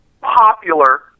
popular